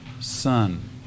son